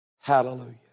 Hallelujah